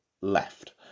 left